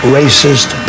racist